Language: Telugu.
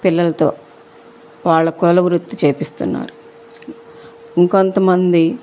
పిల్లలతో వాళ్ళ కుల వృత్తి చేయిస్తున్నారు ఇంకా కొంతమంది